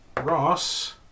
Ross